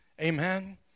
Amen